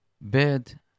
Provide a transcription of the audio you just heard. Bad